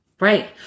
Right